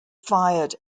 fired